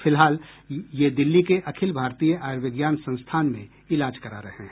फिलहाल यह दिल्ली के अखिल भारतीय आयूर्विज्ञान संस्थान में इलाज करा रहे हैं